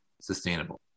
sustainable